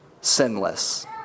sinless